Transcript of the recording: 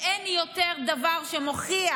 ואין דבר שמוכיח